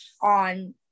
on